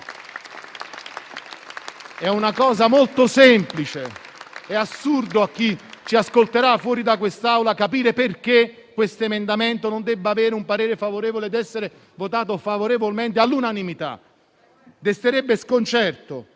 È una cosa molto semplice. Sarebbe assurdo per chi ci ascolta fuori da quest'Aula capire perché questo emendamento non debba avere un parere favorevole ed essere approvato all'unanimità: desterebbe sconcerto.